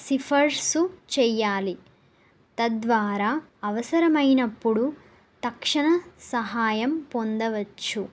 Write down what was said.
సిఫార్సు చెయ్యాలి తద్వారా అవసరమైనప్పుడు తక్షణ సహాయం పొందవచ్చు